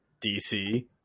dc